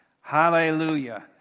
Hallelujah